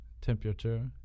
temperature